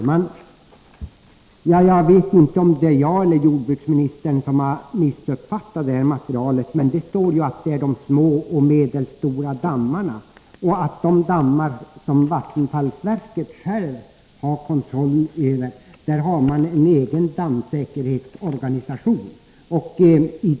Herr talman! Jag vet inte om jag eller jordbruksministern har missuppfattat detta material. Det står ju att det gäller små och medelstora dammar. För de dammar som Vattenfall självt har kontroll över har man en egen dammsäkerhetsorganisation.